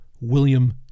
William